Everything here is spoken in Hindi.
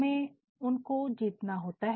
हमें उन को जीतना होता है